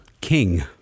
king